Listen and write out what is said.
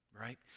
right